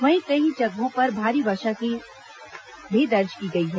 वहीं कई जगहों पर भारी वर्षा भी दर्ज की गई है